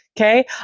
Okay